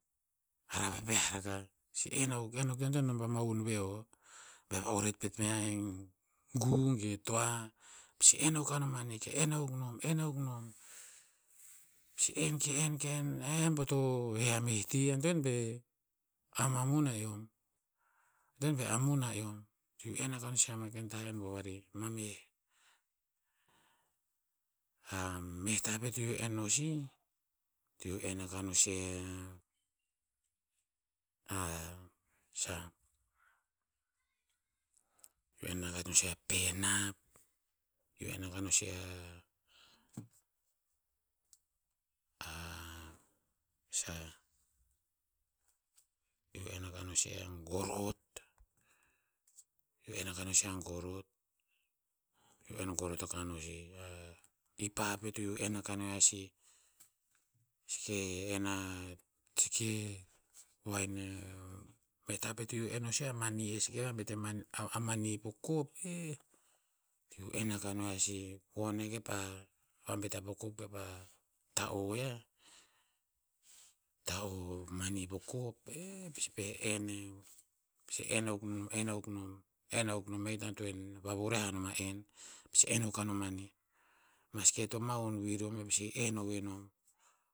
Hara vaviah. Si en akuk- en akuk si en akuk e hikta antoen a nom pa mahun veho. Be va'oret pet me yiah e gu ge toa. Pasi en akuk a noma nih. Ke en- en akuk nom- en akuk nom. pasi en- ke en- ke en e bo to he a meh ti. Antoen be e amoamun na eom. Antoen be amun na eom. Iu en aka no sih ama ken tah en bovarih. Ma meh. A meh tah pet eo to iu en no sih, to iu en aka no sih a, a sah? Iu en akah no sih a penap, iu en aka no si a, a sah, iu en aka no si a gorot. Iu en aka no sih a gorot. Iu en gorot akah no sih a ipav pet to iu en aka no yiah sih. Seke en a- seke voa me yiah. Meh tah pet eo to iu en no sih a mani. E seke vabet a- a mani po kop, eh! To iu en aka no yiah si kepa vabet yiah po kop kepa ta'o yiah, ta'o mani po kop, eh! E pasi pa'eh en yiah. Pasi en akuk nom- en akuk nom- en akuk nom e hikta antoen vavuriah a nom a en. Pasi en akuk a nom manih. Maski e to mahun vir eom, e pasi en ovoe nom.